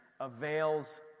avails